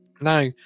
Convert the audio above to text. Now